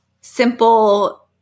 simple